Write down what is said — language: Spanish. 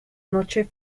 noche